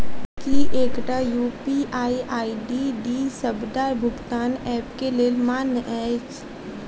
की एकटा UPI ID डी सबटा भुगतान ऐप केँ लेल मान्य अछि?